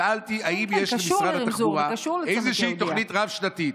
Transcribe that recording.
שאלתי האם יש למשרד התחבורה איזושהי תוכנית רב-שנתית?